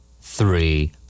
Three